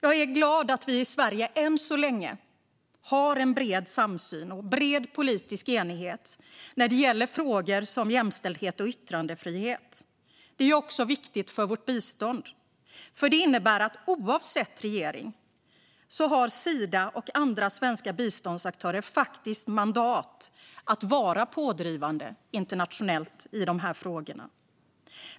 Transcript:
Jag är glad att vi i Sverige än så länge har en bred samsyn och en bred politisk enighet när det gäller frågor om jämställdhet och yttrandefrihet. Det är också viktigt för vårt bistånd. Det innebär att oavsett regering har Sida och andra svenska biståndsaktörer faktiskt mandat att vara pådrivande internationellt i frågorna.